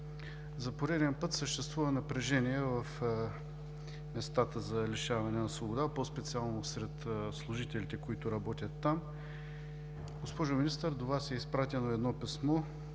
За пореден път съществува напрежение в местата за лишаване от свобода, по-специално сред служителите, които работят там. Госпожо Министър, до Вас, а също така